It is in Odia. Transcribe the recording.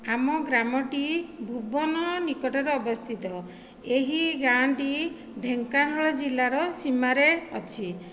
ଆମ ଗ୍ରାମଟି ଭୁବନ ନିକଟରେ ଅବସ୍ଥିତ ଏହି ଗାଆଁଟି ଢେଙ୍କାନାଳ ଜିଲ୍ଲାର ସୀମାରେ ଅଛି